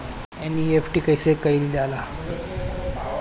NEFT कइसे कइल जाला?